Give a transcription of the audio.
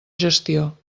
gestió